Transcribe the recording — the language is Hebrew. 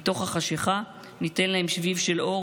מתוך החשכה ניתן להם שביב של אור